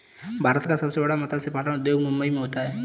भारत का सबसे बड़ा मत्स्य पालन उद्योग मुंबई मैं होता है